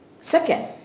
Second